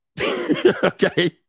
Okay